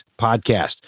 podcast